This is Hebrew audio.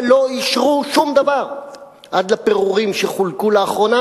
ולא אישרו שום דבר עד הפירורים שחולקו לאחרונה,